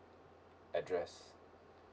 address